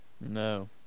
no